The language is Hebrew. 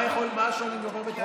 מה השוני אם זה יעבור בטרומית?